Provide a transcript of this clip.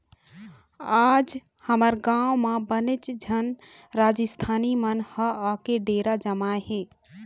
आज हमर गाँव म बनेच झन राजिस्थानी मन ह आके डेरा जमाए हे